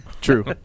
True